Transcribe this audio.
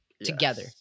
Together